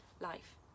life